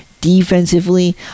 defensively